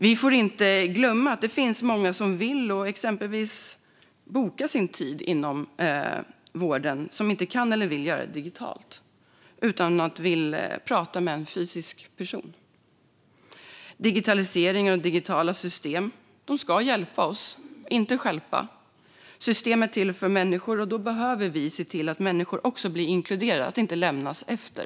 Vi får inte glömma att det finns många som inte kan eller vill exempelvis boka sin tid inom vården digitalt. De vill prata med en fysisk person. Digitalisering och digitala system ska hjälpa oss, inte stjälpa. System är till för människor, och därför behöver vi se till att människor inkluderas och inte lämnas efter.